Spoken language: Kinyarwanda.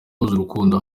urukundo